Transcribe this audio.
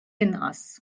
inqas